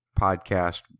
podcast